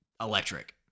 electric